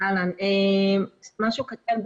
משהו קטן.